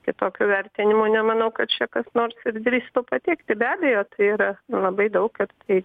kitokių vertinimų nemanau kad čia kas nors ir drįstų pateikti be abejo tai yra labai daug ir tai